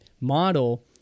model